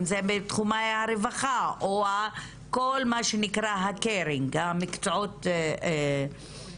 אם זה בתחום הרווחה או כל מה שנקרא מקצועות ה-caring,